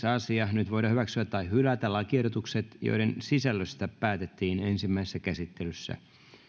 asia nyt voidaan hyväksyä tai hylätä lakiehdotukset joiden sisällöstä päätettiin ensimmäisessä käsittelyssä